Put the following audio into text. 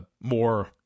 more